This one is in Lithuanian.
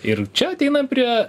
ir čia ateinam prie